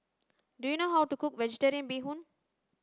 do you know how to cook vegetarian bee hoon